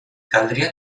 caldria